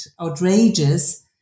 outrageous